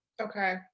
okay